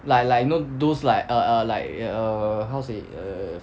like like you know those like err err like err how say err